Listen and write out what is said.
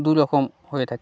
দু রকম হয়ে থাকে